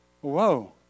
whoa